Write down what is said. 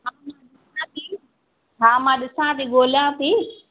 हा मां ॾिसां थी हा मां ॾिसां थी ॻोल्यां थी